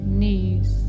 knees